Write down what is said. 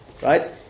Right